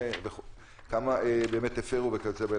כמה באמת הפרו וכיוצ"ב.